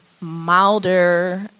milder